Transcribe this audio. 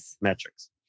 metrics